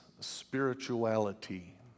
spirituality